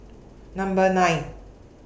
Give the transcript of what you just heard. Number nine